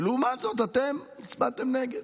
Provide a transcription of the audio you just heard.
ולעומת זאת אתם הצבעתם נגד.